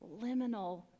Liminal